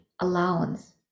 allowance